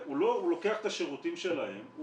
הוא לוקח את השירותים שלהם,